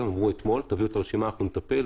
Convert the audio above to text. הם אמרו אתמול: תביאו את הרשימה אנחנו נטפל.